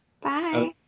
bye